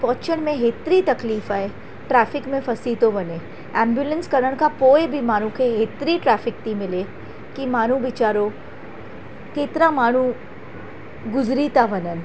पहुचण में हेतिरी तकलीफ़ु आहे ट्रेफिक में फंसी थो वञे एम्बुलेंस करणु खां पोइ बि माण्हू खे हेतिरी ट्रेफिक थी मिले की माण्हू वेचारो केतिरा माण्हू गुज़री था वञनि